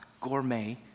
gourmet